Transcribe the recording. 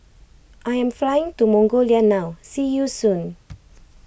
I am flying to Mongolia now see you soon